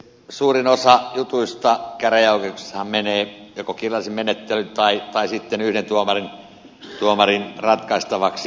suurin osa jutuista käräjäoikeuksissahan menee joko kirjallisen menettelyn tai sitten yhden tuomarin ratkaistavaksi